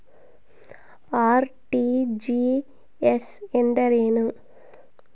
RTGS ಎಂದರೇನು?